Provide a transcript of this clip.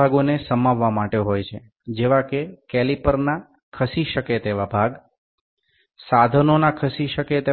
ক্যালিপারের চলনযোগ্য অংশ সেটি প্রকৃতপক্ষে অন্যান্য স্কেল বা অন্যান্য অংশের সাথে সমন্বয় করা জন্য ব্যবহৃত হয়